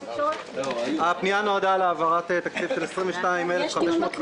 הפנייה נועדה להעברת תקציב של 22,550,000